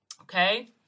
okay